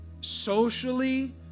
socially